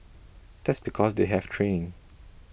that's because they have training